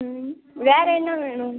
ம் வேறு என்ன வேணும்